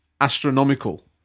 astronomical